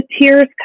tears